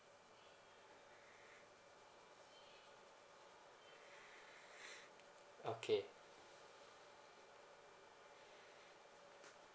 okay